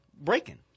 breaking